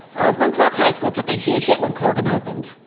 osbourn park high school took a huge hit when colgan opened.